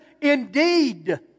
Indeed